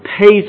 pays